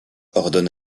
ordonne